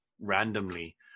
randomly